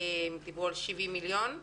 דיברו על 70 מיליון שקל.